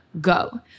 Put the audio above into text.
Go